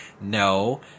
No